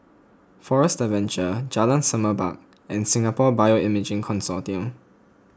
Forest Adventure Jalan Semerbak and Singapore Bioimaging Consortium